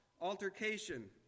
altercation